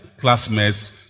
classmates